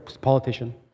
politician